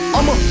I'ma